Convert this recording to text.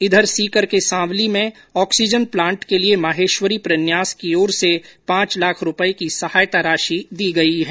इधर सीकर के सावली में ऑक्सीजन प्लांट के लिए माहेश्वरी प्रन्यास की ओर से पांच लाख रूपये की सहायता राशि दी गई है